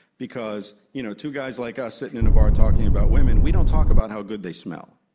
because you know to guys like us sitting in a bar talking about women, we don't talk about how good they smell,